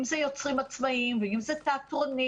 אם זה יוצרים עצמאיים ואם זה תיאטרונים,